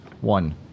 one